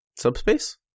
Subspace